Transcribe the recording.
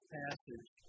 passage